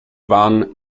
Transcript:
waren